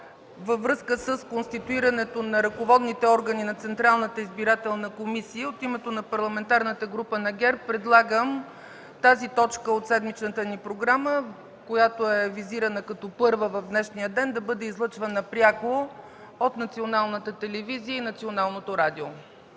във връзка с конституирането на ръководните органи на Централната избирателна комисия, от името на Парламентарната група на ГЕРБ предлагам тази точка от седмичната ни програма, която е визирана като т. 1 в днешния ден, да бъде излъчвана пряко от Националната телевизия и Националното радио.